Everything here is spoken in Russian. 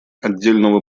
отдельного